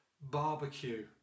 barbecue